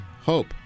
Hope